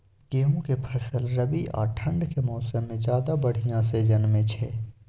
गेहूं के फसल रबी आ ठंड के मौसम में ज्यादा बढ़िया से जन्में छै?